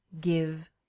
give